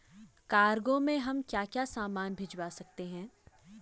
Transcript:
Cargo में हम क्या क्या सामान भिजवा सकते हैं?